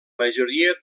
majoria